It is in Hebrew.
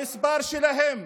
במספר שלהם,